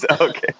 Okay